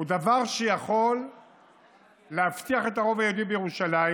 הוא דבר שיכול להבטיח את הרוב היהודי בירושלים